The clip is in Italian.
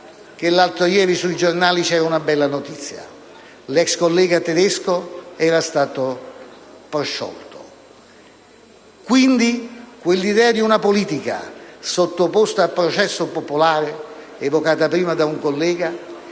l'altro ieri sui giornali c'era una bella notizia: l'ex collega Tedesco è stato prosciolto. Pertanto, quell'idea di una politica sottoposta a processo popolare, evocata prima da un collega,